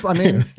ah mean,